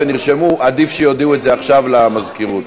עדיף שיודיעו את זה עכשיו למזכירות.